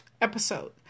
episode